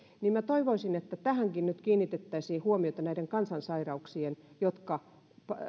ja minä toivoisin että nyt kiinnitettäisiin huomiota näihin kansansairauksiin jotka